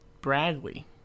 Bradley